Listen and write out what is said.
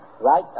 Right